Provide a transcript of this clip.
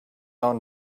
own